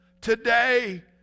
today